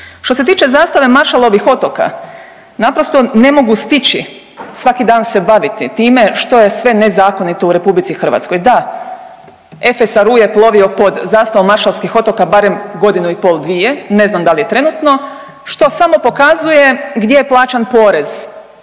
Što se tiče zastave Maršalovih otoka naprosto ne mogu stići svaki dan se baviti time što je sve nezakonito u RH. Da, FSRU je plovio pod zastavom Maršalskih otoka barem godinu i pol, dvije, ne znam dal je trenutno, što samo pokazuje gdje je plaćan porez